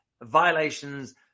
violations